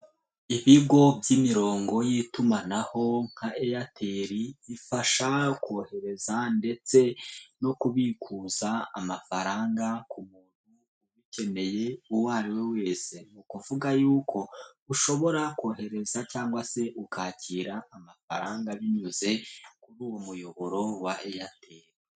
Ibigo by'imirongo y'itumanaho nka Airtel bifasha kohereza ndetse no kubikuza amafaranga ku muntu, ukeneye uwo ari we wese, n'ukuvuga yuko ushobora kohereza cyangwa se ukakira amafaranga binyuze kuri uwo muyoboro wa Airtel.